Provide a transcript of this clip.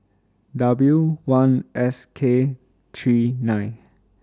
W one S K three nine